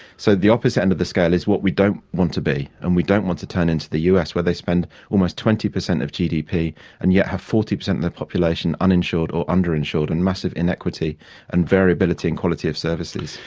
so the opposite end of the scale is what we don't want to be, and we don't want to turn into the us where they spend almost twenty percent of gdp and yet have forty percent of the population uninsured or underinsured and massive inequity and variability in quality of services.